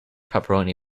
pepperoni